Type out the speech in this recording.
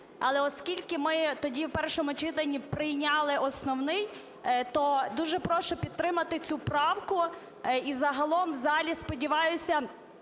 Але, оскільки ми тоді в першому читанні прийняли основний, то дуже прошу підтримати цю правку. І загалом в залі, сподіваюся,